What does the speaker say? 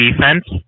defense